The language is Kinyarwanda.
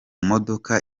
modoka